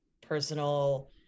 personal